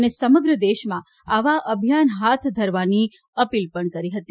અને સમગ્ર દેશમાં આવાં અભિયાન હાથ ધરવાની અપીલ પણ કરી હતી